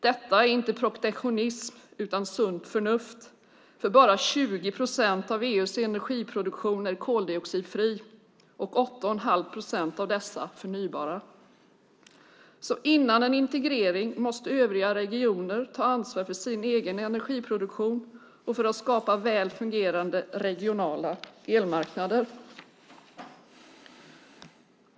Det handlar inte om protektionism utan om sunt förnuft, för endast 20 procent av EU:s energiproduktion är koldioxidfri och 8 1⁄2 procent är förnybar. Innan en integrering kan ske måste övriga regioner ta ansvar för sin egen energiproduktion och skapa väl fungerande regionala elmarknader.